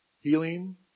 healing